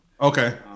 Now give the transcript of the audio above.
okay